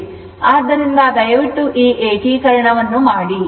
ಆದ್ದರಿಂದ ದಯವಿಟ್ಟುಈ ಏಕೀಕರಣವನ್ನು ಮಾಡಿ